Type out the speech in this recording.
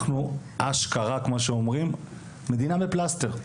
אנחנו אשכרה כמו שאומרים מדינה בפלסתר.